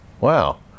Wow